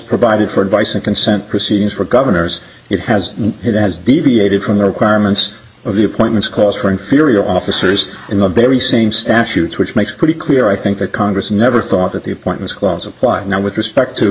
provided for advice and consent proceedings for governors it has and has deviated from the requirements of the appointments calls for inferior officers in the very same statute which makes it pretty clear i think the congress never thought that the appointments clause apply now with respect to